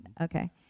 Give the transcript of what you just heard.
Okay